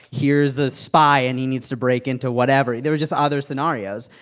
here's a spy and he needs to break into whatever. there were just other scenarios.